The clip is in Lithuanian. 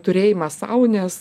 turėjimą sau nes